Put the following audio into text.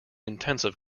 intensive